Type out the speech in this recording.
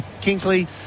Kingsley